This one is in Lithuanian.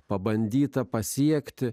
pabandyta pasiekti